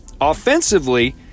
Offensively